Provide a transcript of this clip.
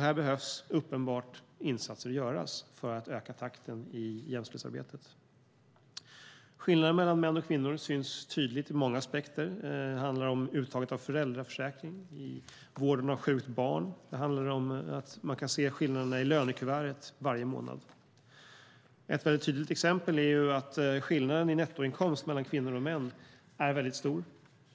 Här behövs uppenbart insatser göras för att öka takten i jämställdhetsarbetet. Skillnaden mellan män och kvinnor syns tydligt i många aspekter. Det handlar om uttaget av föräldraförsäkring, vården av sjukt barn och att man kan se skillnaden i lönekuvertet varje månad. Ett väldigt tydligt exempel är att skillnaden i nettoinkomst mellan kvinnor och män är väldigt stor